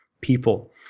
People